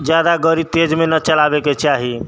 जादा गाड़ी तेजमे नहि चलाबैके चाही